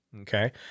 Okay